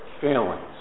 failings